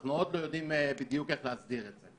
אנחנו עוד לא יודעים בדיוק איך להסדיר את זה.